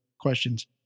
questions